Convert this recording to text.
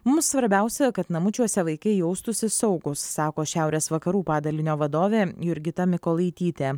mums svarbiausia kad namučiuose vaikai jaustųsi saugūs sako šiaurės vakarų padalinio vadovė jurgita mykolaitytė